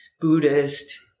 Buddhist